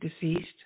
deceased